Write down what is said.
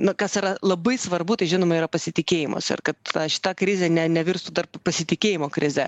na kas yra labai svarbu tai žinoma yra pasitikėjimas ir kad šita krizė ne nevirstų dar pasitikėjimo krize